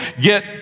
get